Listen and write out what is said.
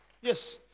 yes